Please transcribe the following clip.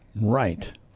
Right